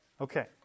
Okay